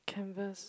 canvas